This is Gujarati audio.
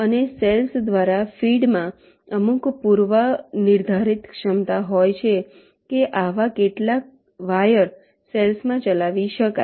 અને સેલ્સ દ્વારા ફીડમાં અમુક પૂર્વનિર્ધારિત ક્ષમતા હોય છે કે આવા કેટલા વાયર સેલ્સ માં ચલાવી શકાય